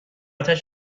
آتش